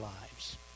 lives